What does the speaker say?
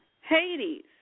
Hades